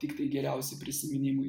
tiktai geriausi prisiminimai